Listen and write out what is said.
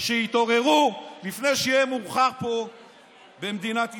שיתעוררו לפני שיהיה מאוחר פה במדינת ישראל.